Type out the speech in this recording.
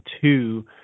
two